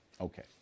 Okay